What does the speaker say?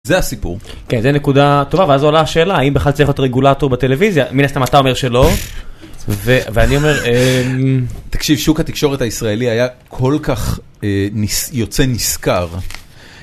זה הסיפור, כן, זה נקודה טובה, ואז עולה השאלה האם בכלל צריך להיות רגולטור בטלוויזיה, מן הסתם אתה אומר שלא, ואני אומר, תקשיב, שוק התקשורת הישראלי היה כל כך יוצא נשכר.